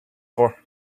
for